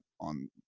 on